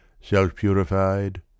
Self-purified